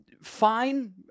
fine